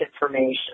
information